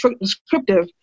descriptive